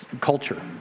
culture